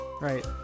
Right